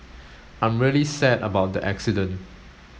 I'm really sad about the accident